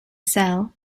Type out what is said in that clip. cell